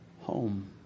home